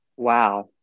Wow